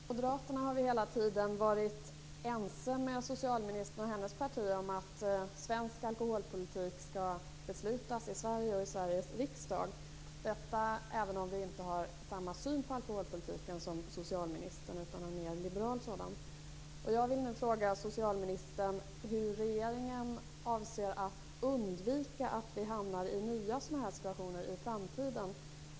Herr talman! Moderaterna har hela tiden varit ense med socialministern och hennes parti om att svensk alkoholpolitik skall beslutas i Sverige och i Sveriges riksdag. Det gäller även om vi inte har samma syn på alkoholpolitiken som socialministern utan har en mer liberal sådan. Jag vill nu fråga socialministern hur regeringen avser att undvika att vi hamnar i nya sådana här situationer i framtiden.